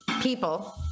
people